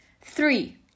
Three